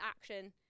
action